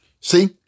See